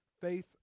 Faith